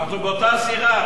אנחנו באותה סירה,